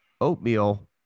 oatmeal